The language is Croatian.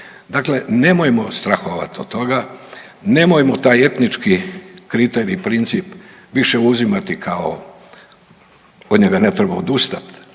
Dakle, nemojmo strahovati od toga. Nemojmo taj etnički kriterij, princip više uzimati kao od njega ne treba odustati,